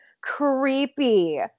creepy